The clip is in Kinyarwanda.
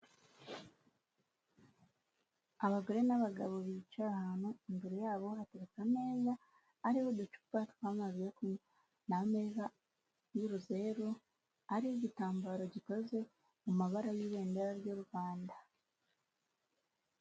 Abagore n'abagabo bicaye ahantu, imbere yabo hateretse ameza, ariho uducupa tw'amazi yo kunywa, ni ameza y'uruzeru, ariho igitambaro gikoze mu mabara y'ibendera ry'u Rwanda.